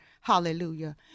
Hallelujah